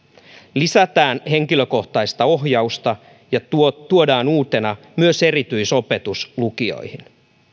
lisätään henkilökohtaista ohjausta ja tuodaan uutena myös erityisopetus lukioihin